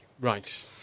Right